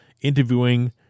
interviewing